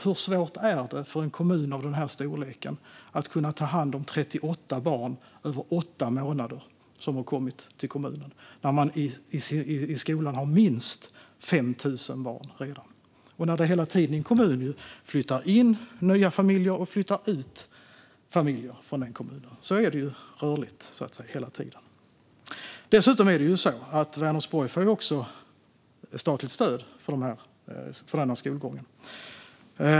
Hur svårt är det för en kommun av denna storlek att ta hand om 38 barn som över åtta månader har kommit till kommunen? Man har redan minst 5 000 barn i skolan, och det flyttar hela tiden in familjer till kommunen och ut familjer från kommunen. Det är ju hela tiden rörligt, så att säga. Dessutom får Vänersborg statligt stöd för denna skolgång.